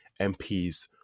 MPs